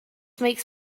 makes